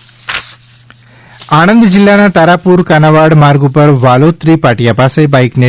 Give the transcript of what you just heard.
આણંદ અકસ્માત આણંદ જિલ્લાના તારાપુર કાનાવાડા માર્ગ ઉપર વાલોત્રી પાટીયા પાસે બાઇકને